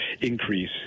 increase